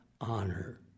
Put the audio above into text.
honor